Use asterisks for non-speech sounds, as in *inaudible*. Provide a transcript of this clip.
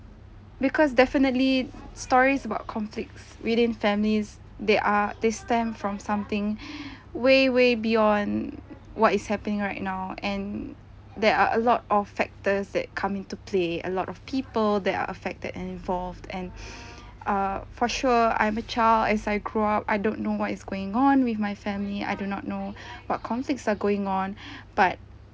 because definitely stories about conflict within families they are they stem from something *breath* way way beyond what is happening right now and there are a lot of factors that come into play a lot of people that are affected and involved and *breath* err for sure I'm a child as I grow up I don't know what is going on with my family I do not know *breath* what conflicts are going on *breath* but